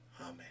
Amen